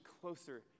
closer